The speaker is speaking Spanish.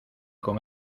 con